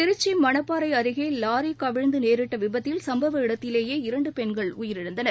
திருச்சிமணப்பாறைஅருகேலாரிகவிழுந்துநேரிட்டவிபத்தில் சும்பவ இடத்திலேயே இரண்டுபெண்கள் உயிரிழந்தனர்